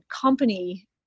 company